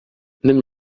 même